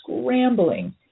scrambling